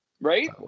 right